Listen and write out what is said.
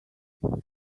what